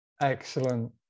Excellent